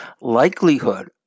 Likelihood